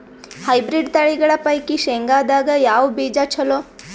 Hybrid ತಳಿಗಳ ಪೈಕಿ ಶೇಂಗದಾಗ ಯಾವ ಬೀಜ ಚಲೋ?